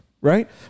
right